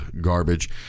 garbage